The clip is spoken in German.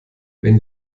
wenn